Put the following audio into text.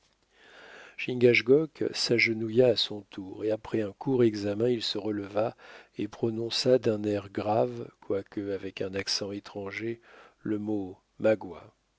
chingachgook s'agenouilla à son tour et après un court examen il se releva et prononça d'un air grave quoique avec un accent étranger le mot magua